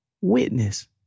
witness